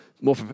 more